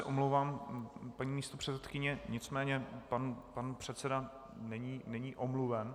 Omlouvám se, paní místopředsedkyně , nicméně pan předseda není omluven.